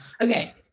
Okay